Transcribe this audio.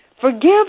Forgive